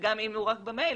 גם בדואר רשום,